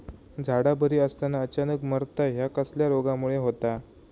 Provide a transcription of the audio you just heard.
झाडा बरी असताना अचानक मरता हया कसल्या रोगामुळे होता?